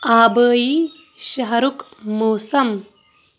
آبٲیی شہرُک موسم